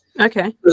Okay